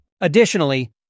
Additionally